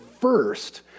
first